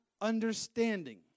understanding